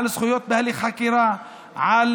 על